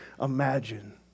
imagine